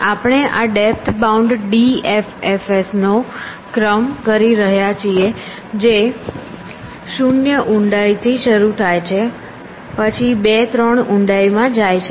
આપણે આ depth bound DFFS નો ક્રમ કરી રહ્યા છીએ જે શૂન્ય ઊંડાઈ થી શરૂ થાય છે પછી બે ત્રણ ઊંડાઈ માં જાય છે